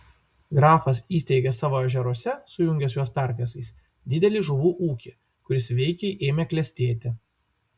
grafas įsteigė savo ežeruose sujungęs juos perkasais didelį žuvų ūkį kuris veikiai ėmė klestėti